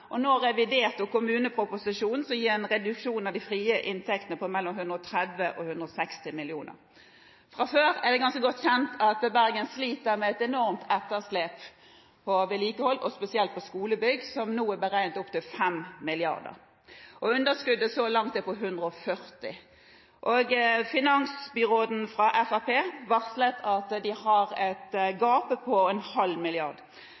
og nå revidert og kommuneproposisjonen, som gir en reduksjon av de frie inntektene på mellom 130 mill. kr og 160 mill. kr. Fra før er det ganske godt kjent at Bergen sliter med et enormt etterslep på vedlikehold, spesielt på skolebygg, som nå er beregnet opp til 5 mrd. kr. Underskuddet så langt er på 140 mill. kr, og finansbyråden fra Fremskrittspartiet har varslet at de har et gap på en halv milliard